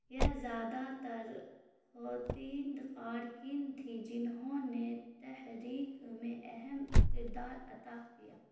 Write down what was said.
یہ زیادہ تر خواتین کارکن تھیں جنہوں نے تحریک میں اہم کردار ادا کیا